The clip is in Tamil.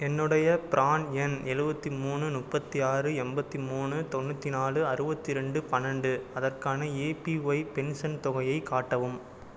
என்னுடைய பிரான் எண் எழுபத்தி மூணு முப்பத்தி ஆறு எண்பத்தி மூணு தொண்ணூற்றி நாலு அறுவத்தி ரெண்டு பன்னெண்டு அதற்கான ஏபிஒய் பென்ஷன் தொகையைக் காட்டவும்